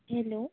hello